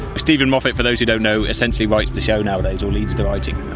steven moffat, for those who don't know, essentially writes the show nowadays or leads the writing.